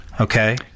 Okay